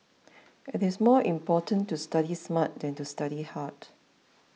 it is more important to study smart than to study hard